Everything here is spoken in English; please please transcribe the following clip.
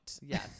yes